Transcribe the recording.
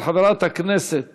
הצעה לסדר-היום של חברת הכנסת